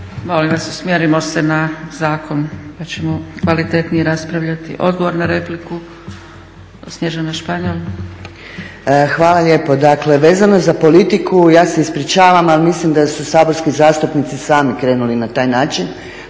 Hvala. Molim vas usmjerimo se na zakon pa ćemo kvalitetnije raspravljati. Odgovor na repliku, Snježana Španjol. **Španjol, Snježana** Hvala lijepo. Dakle, vezano za politiku ja se ispričavam ali mislim da su saborski zastupnici sami krenuli na taj način